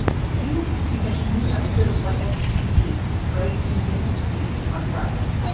but you can catch a new episode of what next tbd right in this feed on friday.